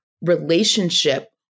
relationship